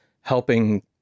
helping